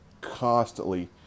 constantly